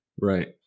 Right